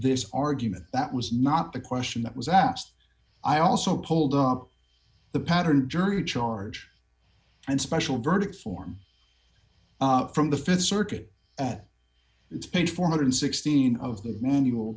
this argument that was not the question that was asked i also hold up the pattern jury charge and special verdict form from the th circuit at its page four hundred and sixteen of the manual